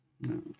No